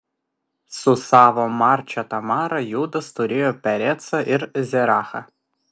su savo marčia tamara judas turėjo perecą ir zerachą